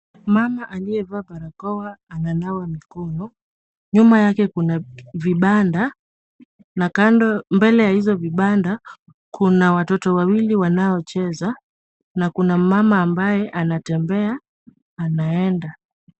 Mama aliyevaa barakoa ananawa mikono. Nyuma yake kuna vibanda na mbele ya hizo vibanda kuna watoto wawili wanaocheza na kuna mmama ambaye anatembea anaenda.